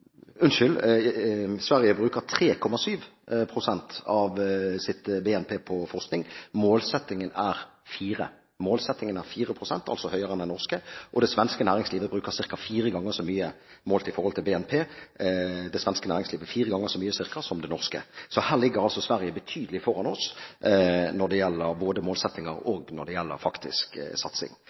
næringsliv. Sverige bruker altså 3,7 pst. av BNP på forskning. Målsettingen er 4 pst., altså høyere enn den norske. Det svenske næringslivet bruker ca. fire ganger så mye målt i forhold til BNP som det norske. Så her ligger Sverige betydelig foran oss både når det gjelder målsettinger, og når det gjelder faktisk satsing.